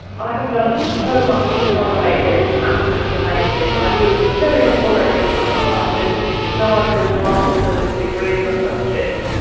i have learnt so much astronomy, it's absolutely amazing. i knew very little really when i started, and now i'm doing a masters degree in the subject,